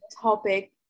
topic